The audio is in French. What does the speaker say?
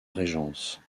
régence